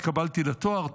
התקבלתי לתואר.